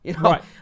Right